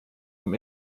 vom